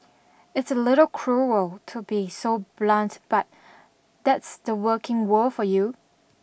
it's a little cruel to be so blunt but that's the working world for you